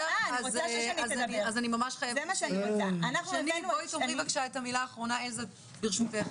שני בואי תאמרי בבקשה את המילה האחרונה, ברשותך.